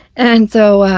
and so,